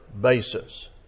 basis